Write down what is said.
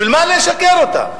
בשביל מה לשקר אותם?